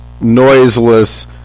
noiseless